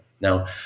Now